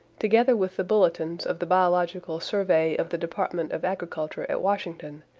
together with the bulletins of the biological survey of the department of agriculture at washington,